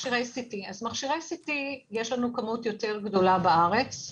מכשירי CT, יש לנו כמות יותר גדולה בארץ.